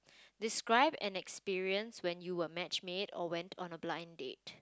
describe an experience when you were match made or went on a blind date